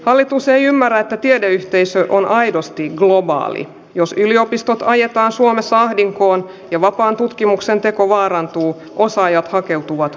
hallitus ei ymmärrä tiedeyhteisö on aidosti globaali jos yliopistolta ajetaan suomessa ahdinkoon ja vapaan tutkimuksen teko vaarantuu osaajat hakeutuvat